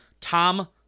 Tom